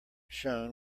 shone